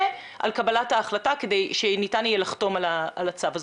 על קבלת ההחלטה כדי שניתן יהיה לחתום על הצו הזה.